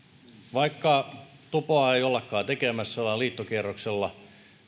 vaikka tupoa ei ollakaan tekemässä ollaan liittokierroksella